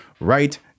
right